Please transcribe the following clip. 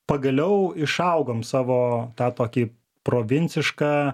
pagaliau išaugom savo tą tokį provincišką